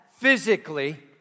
physically